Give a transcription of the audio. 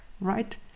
right